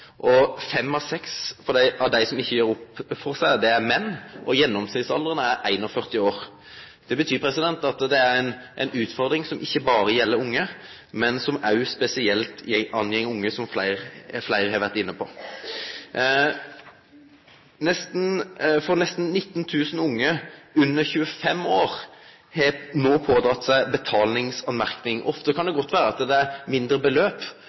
av dei som ikkje gjer opp for seg, er menn, og gjennomsnittsalderen er 41 år. Det betyr at det er ei utfordring som ikkje berre gjeld unge, men som gjeld unge spesielt, som fleire har vore inne på, for nesten 19 000 unge under 25 år har no fått betalingsmerknad. Ofte kan det godt vere at det gjeld mindre beløp,